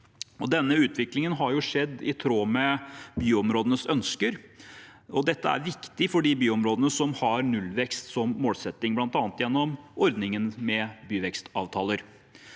Denne utviklingen har skjedd i tråd med byområdenes ønsker, og dette er viktig for de byområdene som har nullvekst som målsetting, bl.a. gjennom ordningen med byvekstavtaler.